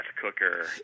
cooker